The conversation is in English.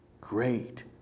great